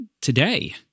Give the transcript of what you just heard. today